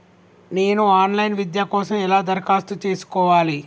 నేను online విద్య కోసం ఎలా దరఖాస్తు చేసుకోవాలి?